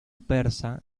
persa